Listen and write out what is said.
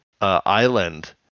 island